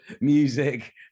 music